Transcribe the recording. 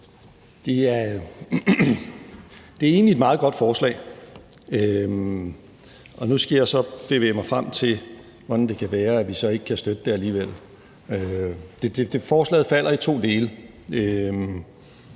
Det er egentlig et meget godt forslag. Og nu skal jeg så bevæge mig frem til, hvordan det kan være, at vi så ikke kan støtte det alligevel. Forslaget falder i to dele.